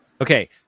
Okay